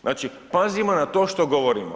Znači pazimo na to što govorimo.